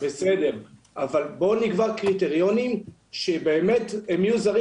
אבל בואו נקבע קריטריונים שבאמת הם יהיו זרים